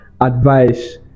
advice